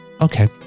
Okay